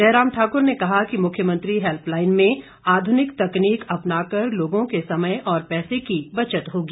जयराम ठाकुर ने कहा कि मुख्यमंत्री हेल्पलाइन में आधुनिक तकनीक अपना कर लोगों के समय और पैसे की बचत होगी